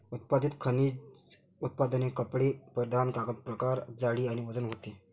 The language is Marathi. उत्पादित खनिज उत्पादने कपडे परिधान कागद प्रकार जाडी आणि वजन होते